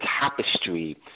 tapestry